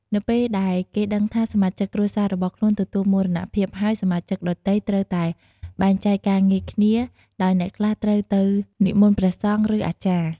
នៅពេលដែលគេដឹងថាសមាជិកគ្រួសាររបស់ខ្លួនទទួលមរណៈភាពហើយសមាជិកដទៃត្រូវតែបែងចែកការងារគ្នាដោយអ្នកខ្លះត្រូវទៅនិមន្ដព្រះសង្ឃឬអាចារ្យ។